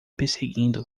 perseguindo